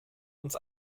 uns